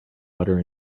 butter